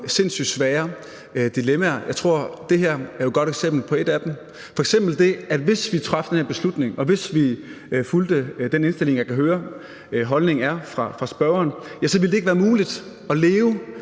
sindssygt svære dilemmaer. Jeg tror, at det her er et godt eksempel på et af dem, f.eks. at det, hvis vi traf den her beslutning, og hvis vi fulgte den indstilling, jeg kan høre er spørgerens holdning, ikke ville være muligt at leve